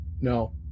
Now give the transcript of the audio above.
No